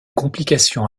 complications